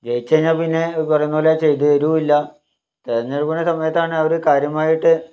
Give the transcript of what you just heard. ജയിച്ച് കഴിഞ്ഞാൽപ്പിന്നെ ഈ പറയുന്നതുപോലെ ചെയ്തു തരില്ല തിരഞ്ഞെടുപ്പിൻ്റെ സമയത്താണ് അവർ കാര്യമായിട്ട്